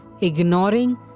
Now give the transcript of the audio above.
ignoring